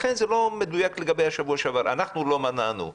זה לא מדויק לגבי השבוע שעבר, אנחנו לא מנענו.